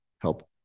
help